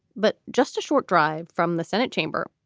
but just a short drive from the senate chamber.